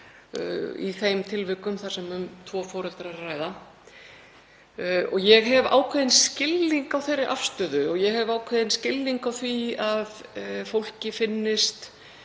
í þeim tilvikum þar sem um tvo foreldra er að ræða. Ég hef ákveðinn skilning á þeirri afstöðu og ég hef ákveðinn skilning á því að fólki finnist